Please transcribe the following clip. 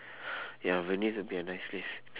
ya venice will be a nice place